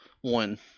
One